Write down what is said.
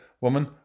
woman